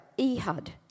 Ehud